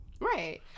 Right